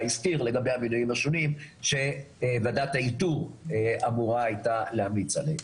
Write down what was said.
הזכיר לגבי המינויים השונים שוועדת האיתור אמורה היתה להמליץ עליהם.